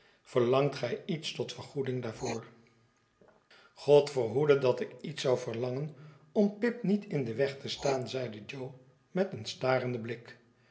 verlangt gij iets tot vergoeding daarvoor god verhoede dat ik iets zou verlangen om pip niet in den weg te staan zeide jo met een starenden blik